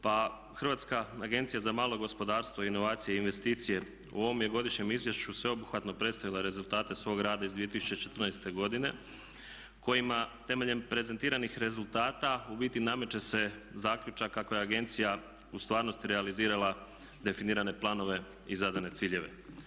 Pa Hrvatska agencija za malo gospodarstvo, inovacije i investicije u ovom je Godišnjem izvješću sveobuhvatno predstavila rezultate svog rada iz 2014. godine kojima temeljem prezentiranih rezultata u biti nameće se zaključak kako je agencija u stvarnosti realizirala definirane planove i zadane ciljeve.